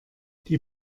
die